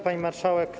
Pani Marszałek!